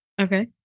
okay